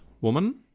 woman